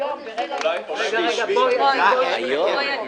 יהודה דורון,